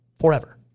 Forever